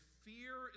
fear